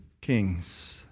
kings